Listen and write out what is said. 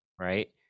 right